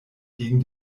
gegen